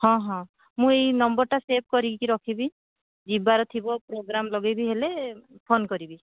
ହଁ ହଁ ମୁଁ ଏଇ ନମ୍ବର୍ଟା ସେଭ୍ କରିକି ରଖିବି ଯିବାର ଥିବ ପ୍ରୋଗ୍ରାମ୍ ଲଗେଇବି ହେଲେ ଫୋନ୍ କରିବି